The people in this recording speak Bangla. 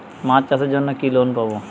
মাছ চাষের জন্য কি লোন পাব?